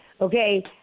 okay